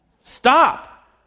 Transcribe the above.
Stop